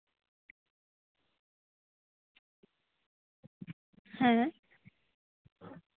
ᱦᱮᱸ